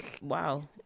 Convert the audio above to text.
Wow